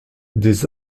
des